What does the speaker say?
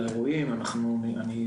על האירועים, אנחנו נבדוק את זה.